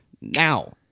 now